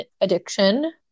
addiction